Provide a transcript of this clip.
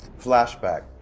Flashback